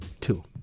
Two